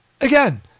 Again